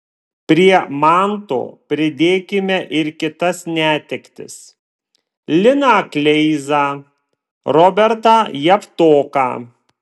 prie manto pridėkime ir kitas netektis liną kleizą robertą javtoką